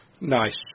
nice